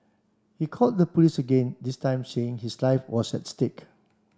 he called the police again this time saying his life was at stake